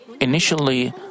initially